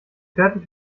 fertig